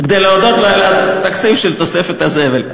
כדי להודות לו על התקציב של תוספת למשאיות הזבל.